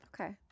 Okay